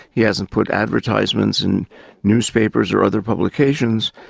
he hasn't put advertisements in newspapers or other publications,